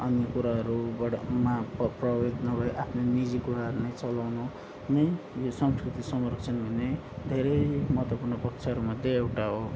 अन्य कुराहरूबाटमा प्रवेश नगरी आफ्नो निजी कुराहरू चलाउनु नै यो संस्कृति संरक्षण हुने धेरै महत्त्वपूर्ण पक्षहरूमध्ये एउटा हो